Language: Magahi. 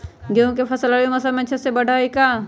गेंहू के फ़सल रबी मौसम में अच्छे से बढ़ हई का?